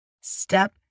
Step